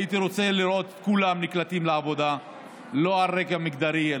הייתי רוצה לראות את כולם נקלטים לעבודה לא על רקע מגדרי,